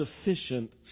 sufficient